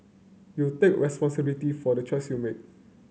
you take responsibility for the choices you make